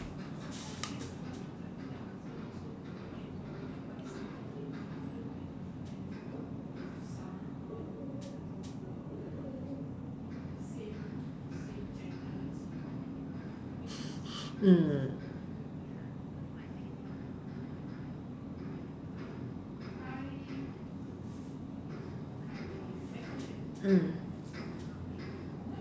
mm mm